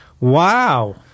Wow